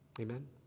Amen